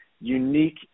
unique